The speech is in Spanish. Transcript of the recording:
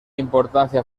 importancia